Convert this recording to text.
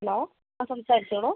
hello സംസാരിച്ചോളൂ